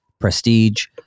prestige